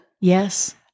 Yes